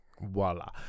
voila